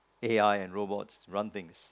A_I and robots run things